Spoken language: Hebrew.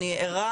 אני ערה